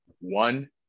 one